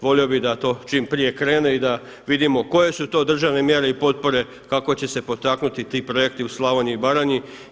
Volio bih da to čim prije krene i da vidimo koje su to državne mjere i potpore kako će se potaknuti ti projekti u Slavoniji i Baranji.